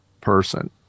person